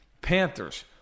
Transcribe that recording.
Panthers